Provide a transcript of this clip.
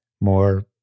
more